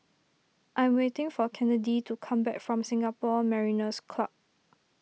I'm waiting for Kennedi to come back from Singapore Mariners' Club